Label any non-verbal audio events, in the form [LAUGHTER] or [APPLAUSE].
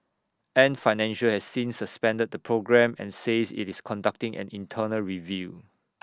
ant financial has since suspended the programme and says IT is conducting an internal review [NOISE]